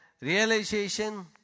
realization